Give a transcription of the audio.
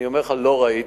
אני אומר לך, לא ראיתי.